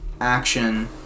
action